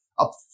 Up